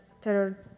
terror